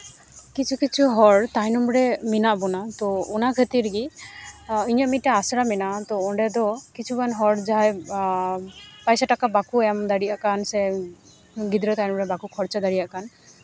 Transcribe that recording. ᱞᱤᱪᱷᱩ ᱠᱤᱪᱷᱩ ᱦᱚᱲ ᱛᱟᱭᱱᱚᱢ ᱨᱮ ᱢᱮᱱᱟᱜ ᱵᱳᱱᱟ ᱛᱚ ᱚᱱᱟ ᱠᱷᱟᱹᱛᱤᱨ ᱜᱮ ᱤᱧᱟᱹᱜ ᱢᱤᱫᱴᱮᱱ ᱟᱥᱲᱟ ᱢᱮᱱᱟᱜᱼᱟ ᱚᱸᱰᱮ ᱫᱚ ᱠᱤᱪᱷᱩ ᱜᱟᱱ ᱦᱚ ᱡᱟᱦᱟᱸᱭ ᱯᱚᱭᱥᱟ ᱴᱟᱠᱟ ᱵᱟᱠᱚ ᱮᱢ ᱫᱟᱲᱮᱭᱟᱜ ᱠᱟᱱ ᱥᱮ ᱜᱤᱫᱽᱨᱟᱹ ᱛᱟᱭᱱᱚᱢ ᱨᱮ ᱵᱟᱠᱚ ᱠᱷᱚᱨᱪᱟ ᱫᱟᱲᱮᱭᱟᱜ ᱠᱟᱱ